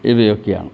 ഇവയൊക്കെയാണ്